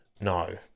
No